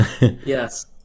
Yes